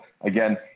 again